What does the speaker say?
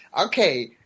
Okay